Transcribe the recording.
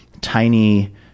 tiny